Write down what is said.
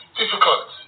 difficult